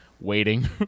waiting